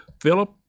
Philip